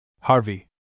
Harvey